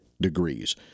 degrees